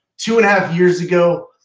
two and a half years ago,